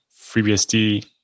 FreeBSD